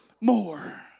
more